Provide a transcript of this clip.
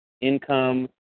income